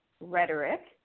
rhetoric